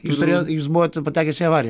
jūs turėjot jūs buvote patekęs į avariją